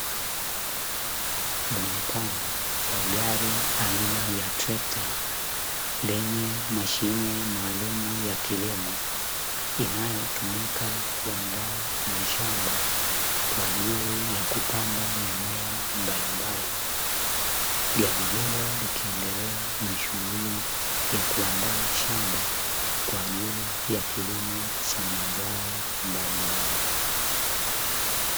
Muonekano wa gari aina ya trekta lenye mashine maalumu ya kilimo inayotumika kuandaa mashamba kwa ajili ya kupanda mimea mbalimbali. Gari hilo likiendelea na shughuli ya kuandaa shamba kwa ajili ya kilimo cha mazao mbalimbali.